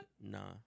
Nah